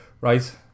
right